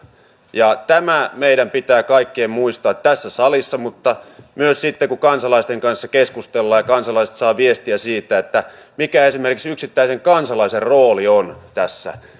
ja tämä meidän pitää kaikkien muistaa tässä salissa mutta myös sitten kun kansalaisten kanssa keskustellaan ja kansalaiset saavat viestiä siitä mikä esimerkiksi yksittäisen kansalaisen rooli on tässä